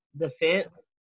defense